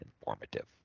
informative